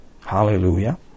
Hallelujah